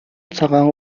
цагаан